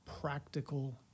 practical